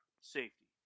safety